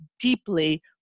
deeply